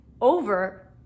over